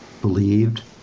believed